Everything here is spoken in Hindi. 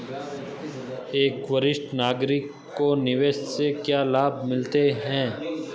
एक वरिष्ठ नागरिक को निवेश से क्या लाभ मिलते हैं?